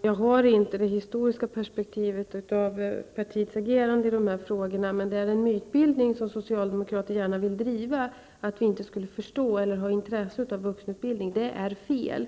Herr talman! Jag har inte det historiska perspektivet när det gäller partiets agerande i dessa frågor. Men det är en mytbildning som socialdemokraterna gärna vill driva, att vi inte skulle förstå eller ha intresse för vuxenutbildning. Det är fel.